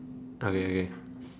okay okay